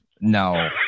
No